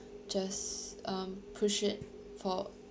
just um push it for